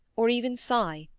or even sigh.